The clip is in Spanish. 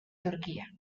turquía